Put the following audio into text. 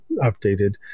updated